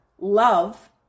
love